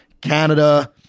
Canada